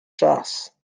czas